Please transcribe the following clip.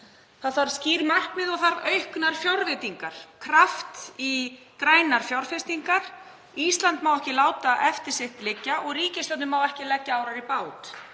Það þarf skýr markmið og auknar fjárveitingar, kraft í grænar fjárfestingar. Ísland má ekki láta sitt eftir liggja og ríkisstjórnin má ekki leggja árar í bát.